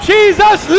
Jesus